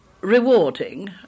rewarding